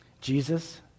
Jesus